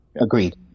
Agreed